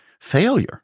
failure